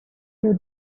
you